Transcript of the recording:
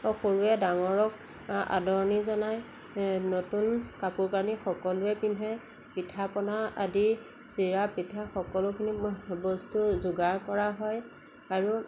অ' সৰুৱে ডাঙৰক আদৰণি জনায় নতুন কাপোৰ কানি সকলোৱে পিন্ধে পিঠা পনা আদি চিৰা পিঠা সকলোখিনি বস্তু যোগাৰ কৰা হয় আৰু